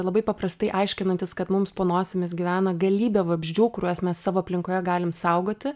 labai paprastai aiškinantis kad mums po nosimis gyvena galybė vabzdžių kuriuos mes savo aplinkoje galim saugoti